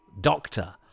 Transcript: doctor